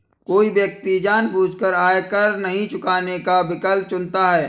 कोई व्यक्ति जानबूझकर आयकर नहीं चुकाने का विकल्प चुनता है